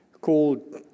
called